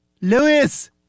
Lewis